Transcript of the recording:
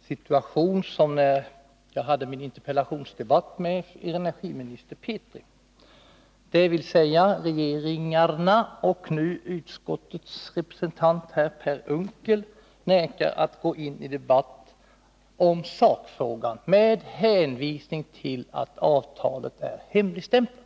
situation som när jag hade min interpellationsdebatt med energiminister Petri — regeringarna och utskottets representant Per Unckel vägrar att gå in i debatt om sakfrågan med hänvisning till att avtalet är hemligstämplat.